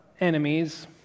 enemies